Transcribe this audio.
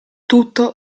tutto